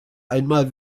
einmal